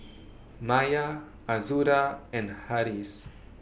Maya Azura and Harris